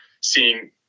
seeing